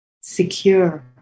secure